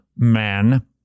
man